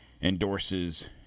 endorses